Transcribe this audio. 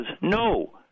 no